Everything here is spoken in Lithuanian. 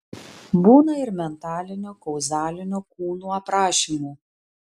būna ir mentalinio kauzalinio kūnų aprašymų